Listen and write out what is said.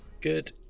Good